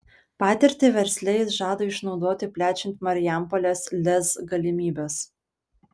patirtį versle jis žada išnaudoti plečiant marijampolės lez galimybes